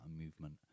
movement